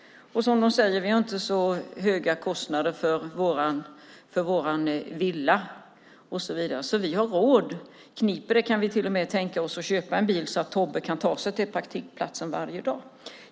Och de säger att de inte har så höga kostnader för sin villa och så vidare, så de har råd. Om det kniper kan de till och med tänka sig att köpa en bil så att Tobbe kan ta sig till praktikplatsen varje dag.